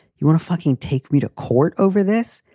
you want to fucking take me to court over this?